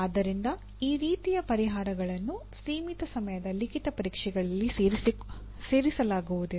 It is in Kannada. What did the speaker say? ಆದ್ದರಿಂದ ಈ ರೀತಿಯ ಪರಿಹಾರಗಳನ್ನು ಸೀಮಿತ ಸಮಯದ ಲಿಖಿತ ಪರೀಕ್ಷೆಗಳಲ್ಲಿ ಸೇರಿಸಲಾಗುವುದಿಲ್ಲ